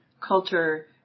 culture